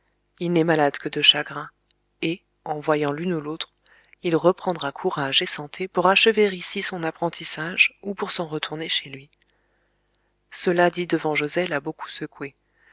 il n'est malade que de chagrin et en voyant l'une ou l'autre il reprendra courage et santé pour achever ici son apprentissage ou pour s'en retourner chez lui cela dit devant joset l'a beaucoup secoué